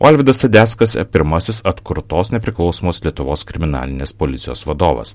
o alvydas sadeckas pirmasis atkurtos nepriklausomos lietuvos kriminalinės policijos vadovas